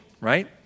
right